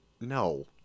no